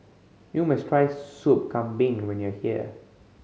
you must try Sop Kambing when you are here